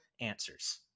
answers